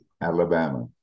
Alabama